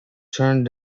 turned